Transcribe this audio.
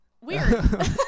Weird